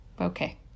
Okay